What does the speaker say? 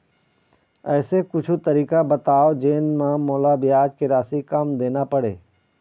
ऐसे कुछू तरीका बताव जोन म मोला ब्याज के राशि कम देना पड़े?